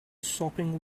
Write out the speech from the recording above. sopping